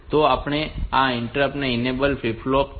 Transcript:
તો આપણી પાસે આ ઇન્ટરનેટ ઇનેબલ ફ્લિપ ફ્લોપ છે